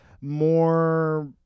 more